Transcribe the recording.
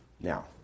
now